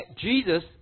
Jesus